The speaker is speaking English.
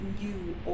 new